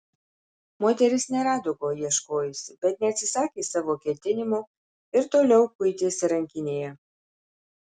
moteris nerado ko ieškojusi bet neatsisakė savo ketinimo ir toliau kuitėsi rankinėje